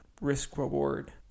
risk-reward